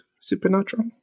Supernatural